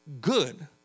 good